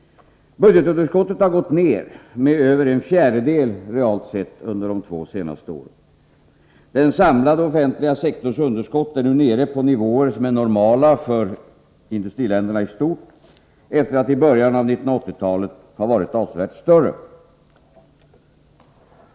Budgetunderskottet har gått ned med över en fjärdedel, realt sett, under de två senaste åren. Den samlade offentliga sektorns underskott är nu nere på nivåer som är normala för industriländerna i stort efter att i början av 1980-talet ha varit avsevärt större.